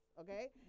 Okay